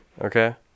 Okay